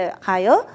higher